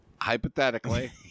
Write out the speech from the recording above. hypothetically